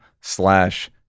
slash